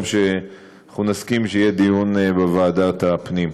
שאנחנו נסכים שיהיה דיון בוועדת הפנים.